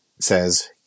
says